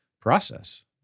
process